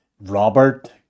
Robert